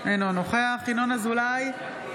אינו נוכח ינון אזולאי,